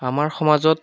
আমাৰ সমাজত